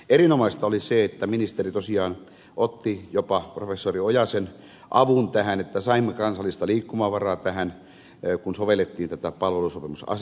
erinomaista oli se että ministeri tosiaan otti jopa professori ojasen avun tähän että saimme kansallista liikkumavaraa kun sovellettiin tätä palvelusopimusasetusta